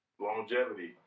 Longevity